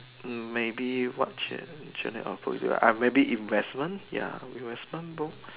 maybe what jour journal or books maybe investment ya investment books